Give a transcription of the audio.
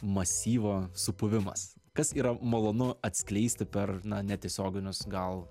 masyvo supuvimas kas yra malonu atskleisti per na netiesioginius gal